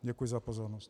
Děkuji za pozornost.